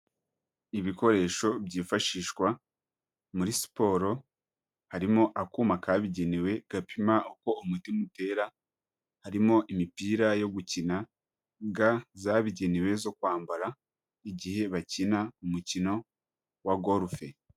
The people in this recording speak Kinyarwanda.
Ibikoresho byifashishwa muri siporo, harimo akuma kabigenewe gapima uko umutima utera, harimo imipira yo gukina, ga zabigenewe zo kwambara igihe bakina umukino wa gorufe.